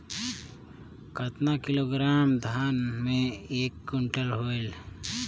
कतना किलोग्राम धान मे एक कुंटल होयल?